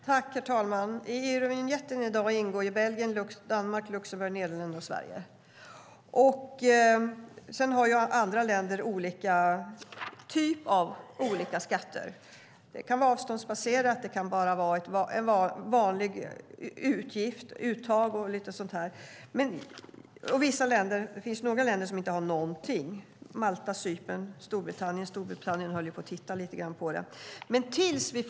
Herr talman! I Eurovinjettsystemet ingår i dag Belgien, Danmark, Luxemburg, Nederländerna och Sverige. Sedan har andra länder olika typer av skatter. Det kan vara avståndsbaserat eller ett vanligt uttag. Det finns också några länder som inte har någonting: Malta, Cypern och Storbritannien, fast Storbritannien höll på att titta lite på det här.